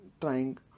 trying